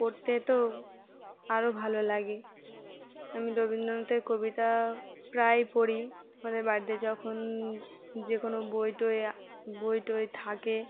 পড়তে তো আরও ভালো লাগে আমি রবীন্দ্রনাথের কবিতা প্রায়ই পড়ি আমাদের বাড়িতে যখন যে কোনো বই টই বই টই থাকে